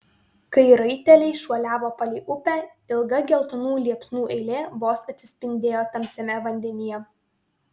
kai raiteliai šuoliavo palei upę ilga geltonų liepsnų eilė vos atsispindėjo tamsiame vandenyje